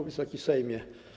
Wysoki Sejmie!